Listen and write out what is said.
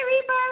Reaper